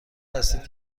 هستید